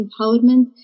empowerment